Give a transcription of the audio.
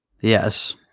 Yes